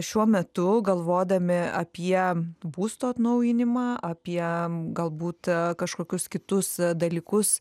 šiuo metu galvodami apie būsto atnaujinimą apie galbūt kažkokius kitus dalykus